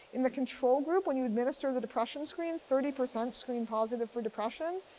in the control group, when you administer the depression screen, thirty percent screen positive for depression.